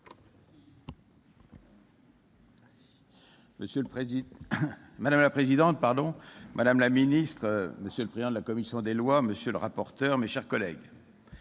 Madame la présidente, madame la ministre, monsieur le président de la commission des lois, monsieur le rapporteur, mes chers collègues,